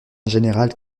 général